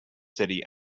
city